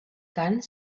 cant